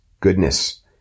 goodness